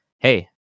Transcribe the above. hey